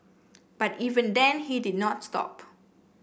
but even then he did not stop